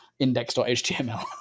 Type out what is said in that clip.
index.html